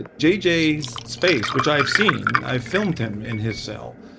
ah jj's space, which i have seen. i have filmed him in his cell.